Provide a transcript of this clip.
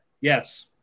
Yes